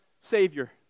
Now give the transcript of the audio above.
Savior